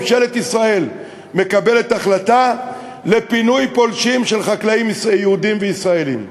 ממשלת ישראל מקבלת החלטה על פינוי פולשים חקלאים יהודים וישראלים.